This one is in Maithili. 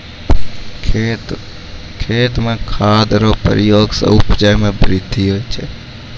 खेत मे खाद रो प्रयोग से उपज मे बृद्धि होलै